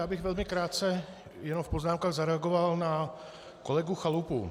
Já bych velmi krátce, jenom v poznámkách zareagoval na kolegu Chalupu.